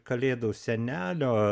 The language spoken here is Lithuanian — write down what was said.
kalėdų senelio